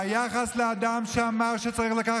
ואנחנו כמיעוטים נגד כל אמירה כוללנית,